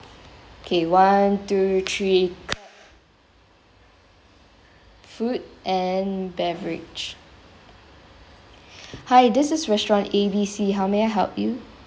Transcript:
okay one two three clap food and beverage hi this is restaurants A B C how may I help you